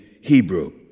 Hebrew